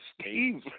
Steve